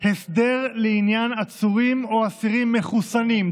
הסדר לעניין עצורים או אסירים מחוסנים,